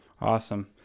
Awesome